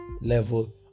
level